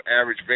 average